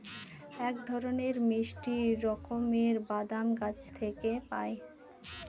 এক ধরনের মিষ্টি রকমের বাদাম গাছ থেকে পায়